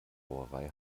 brauerei